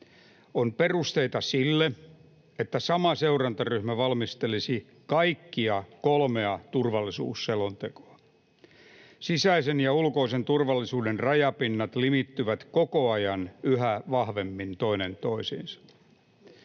On perusteita sille, että sama seurantaryhmä valmistelisi kaikkia kolmea turvallisuusselontekoa. Sisäisen ja ulkoisen turvallisuuden rajapinnat limittyvät koko ajan yhä vahvemmin toinen toisiinsa.